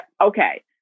Okay